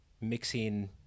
mixing